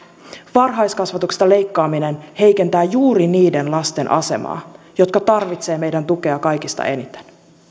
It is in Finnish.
varhaiskasvatuksesta leikkaaminen heikentää juuri niiden lasten asemaa jotka tarvitsevat meidän tukeamme kaikista eniten